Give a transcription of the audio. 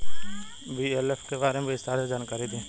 BLF के बारे में विस्तार से जानकारी दी?